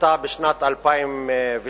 עלתה בשנת 2008,